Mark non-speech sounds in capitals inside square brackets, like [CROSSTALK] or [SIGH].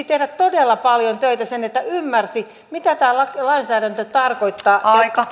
[UNINTELLIGIBLE] tehdä todella paljon töitä sen eteen että ymmärsi mitä tämä lainsäädäntö tarkoittaa